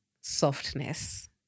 softness